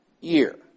year